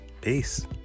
Peace